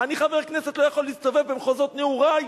אני חבר כנסת, לא יכול להסתובב במחוזות נעורי?